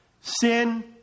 Sin